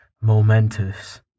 momentous